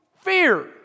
fear